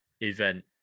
event